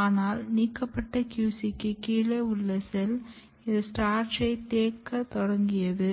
ஆனால் நீக்கப்பட்ட QC க்குக் கீழே உள்ள செல் இது ஸ்டார்ச் தேக்கத் தொடங்கியது